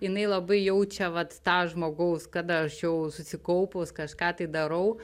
jinai labai jaučia vat tą žmogaus kada aš jau susikaupus kažką tai darau